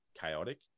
chaotic